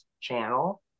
channel